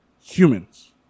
humans